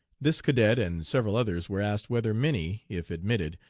this cadet and several others were asked whether minnie, if admitted,